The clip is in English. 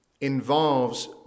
involves